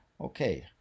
Okay